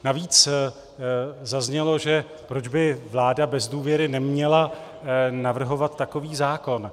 Navíc zaznělo, že proč by vláda bez důvěry neměla navrhovat takový zákon.